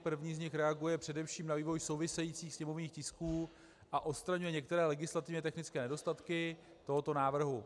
První z nich reaguje především na vývoj souvisejících sněmovních tisků a odstraňuje některé legislativně technické nedostatky tohoto návrhu.